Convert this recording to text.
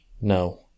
No